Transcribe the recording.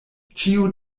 ĉio